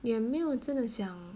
也没有真的想